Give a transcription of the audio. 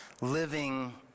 living